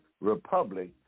republic